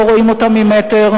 לא רואים אותם ממטר.